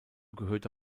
gehörte